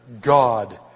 God